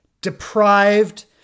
deprived